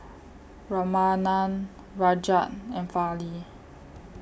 Ramanand Rajat and Fali